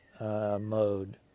mode